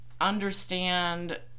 understand